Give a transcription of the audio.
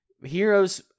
Heroes